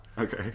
Okay